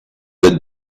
that